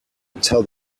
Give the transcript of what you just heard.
until